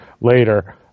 later